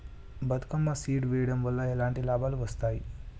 Bathukamma seed వెయ్యడం వల్ల ఎలాంటి లాభాలు వస్తాయి?